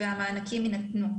והמענקים יינתנו.